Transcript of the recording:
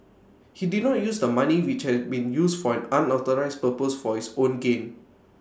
he did not use the money which had been used for an unauthorised purpose for his own gain